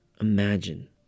imagine